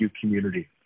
community